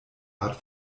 art